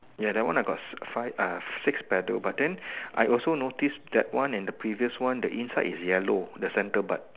ya that one I got five uh six petal but then I also notice that one and the previous one the inside is yellow the centre part